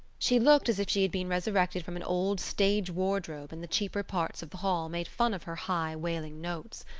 she looked as if she had been resurrected from an old stage-wardrobe and the cheaper parts of the hall made fun of her high wailing notes.